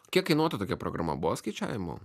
kiek kainuotų tokia programa buvo skaičiavimų